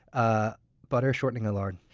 ah butter, shortening or lard?